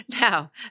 Now